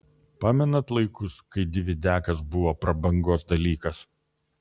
pamenat laikus kai dividiakas buvo prabangos dalykas